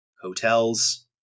hotels